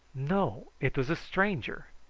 no it was a stranger!